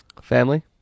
Family